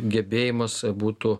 gebėjimas būtų